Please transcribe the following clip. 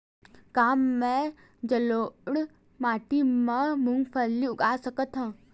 का मैं जलोढ़ माटी म मूंगफली उगा सकत हंव?